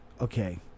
Okay